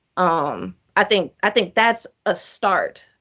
um i think i think that's a start.